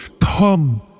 Come